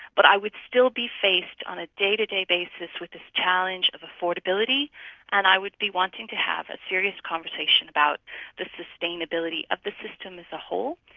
but i would still be faced on a day-to-day basis with this challenge of affordability and i would be wanting to have a serious conversation about the sustainability of the system as a whole.